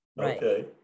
Okay